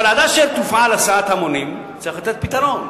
אבל עד אשר תופעל הסעת המונים צריך לתת פתרון,